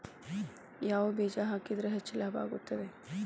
ಯಾವ ಬೇಜ ಹಾಕಿದ್ರ ಹೆಚ್ಚ ಲಾಭ ಆಗುತ್ತದೆ?